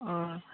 ꯑꯥ